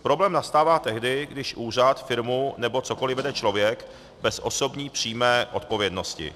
Problém nastává tehdy, když úřad, firmu nebo cokoli vede člověk bez osobní přímé odpovědnosti.